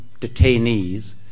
detainees